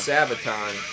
Sabaton